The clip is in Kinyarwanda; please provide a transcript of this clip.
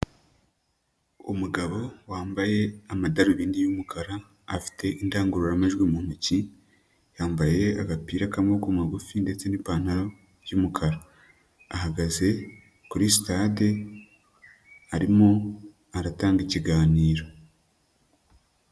Umugabo wambaye amadarubindi y'umukara, afite indangururamajwi mu ntoki, yambaye agapira k'amaboko magufi ndetse n'ipantaro y'umukara. Ahagaze kuri sitade arimo aratanga ikiganiro.